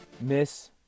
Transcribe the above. Miss